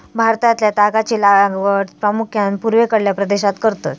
भारतातल्या तागाची लागवड प्रामुख्यान पूर्वेकडल्या प्रदेशात करतत